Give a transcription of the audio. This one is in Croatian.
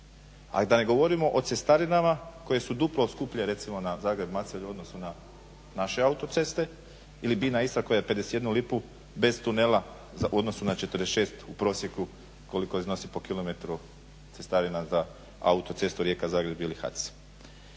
A da i ne govorimo o cestarinama koje su duplo skuplje recimo na Zagreb-Macelj u odnosu na naše autoceste ili Bina-Istra koja je 51 lipu bez tunela u odnosu na 46 u prosjeku koliko iznosi po kilometru cestarina za autocestu Rijeka-Zagreb ili HAC.